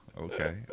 okay